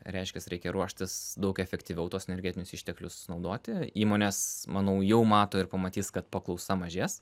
reiškias reikia ruoštis daug efektyviau tuos energetinius išteklius naudoti įmonės manau jau mato ir pamatys kad paklausa mažės